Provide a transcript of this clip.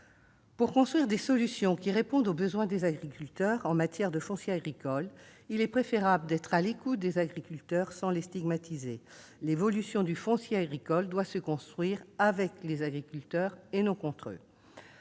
Pour construire des solutions qui répondent aux besoins des agriculteurs en matière de foncier agricole, il est préférable d'être à l'écoute des agriculteurs sans les stigmatiser. L'évolution du foncier agricole doit se construire avec les agriculteurs, et non contre eux.